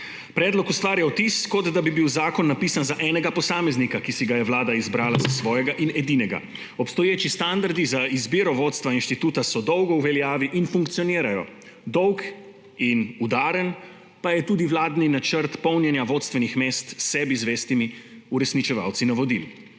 Predlog ustvarja vtis, kot da bi bil zakon napisan za enega posameznika, ki si ga je Vlada izbrala za svojega in edinega. Obstoječi standardi za izbiro vodstva inštituta so dolgo v veljavi in funkcionirajo, dolg in udaren pa je tudi vladni načrt polnjenja vodstvenih mest s sebi zvestimi uresničevalci navodil.